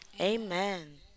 Amen